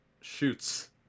shoots